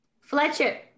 Fletcher